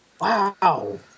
Wow